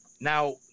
now –